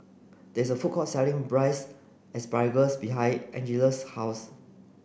there is a food court selling braised asparagus behind Angela's house